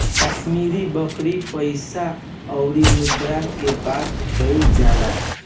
कश्मीरी बकरी पइसा अउरी मुद्रा के बात कइल जाला